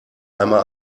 einmal